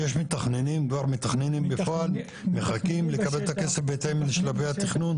יש מתכננים כבר בפועל שמחכים לקבל את הכסף בהתאם לשלבי התכנון?